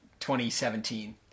2017